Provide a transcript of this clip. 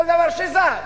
כל דבר שזז.